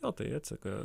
o tai atseka